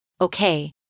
Okay